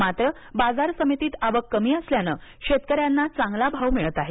मात्र बाजार समितीत आवक कमी असल्याने शेतकर्यांना चांगला भाव मिळत आहे